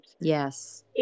Yes